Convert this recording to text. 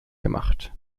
gemacht